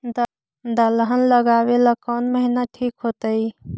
दलहन लगाबेला कौन महिना ठिक होतइ?